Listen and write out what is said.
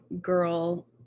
girl